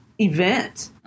event